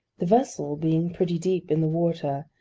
the vessel being pretty deep in the water,